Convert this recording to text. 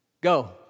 Go